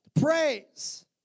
praise